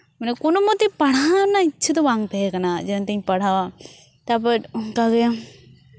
ᱢᱟᱱᱮ ᱠᱳᱱᱳ ᱢᱚᱛᱮ ᱯᱟᱲᱦᱟᱣ ᱨᱮᱱᱟᱜ ᱤᱪᱪᱷᱟᱹ ᱫᱚ ᱵᱟᱝ ᱛᱟᱦᱮᱸ ᱠᱟᱱᱟ ᱡᱮ ᱚᱱᱛᱤᱧ ᱯᱟᱲᱦᱟᱣᱟ ᱛᱟᱨᱯᱚᱨ ᱚᱱᱠᱟ ᱜᱮ